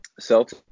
Celtics